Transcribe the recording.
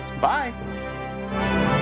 Bye